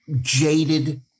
jaded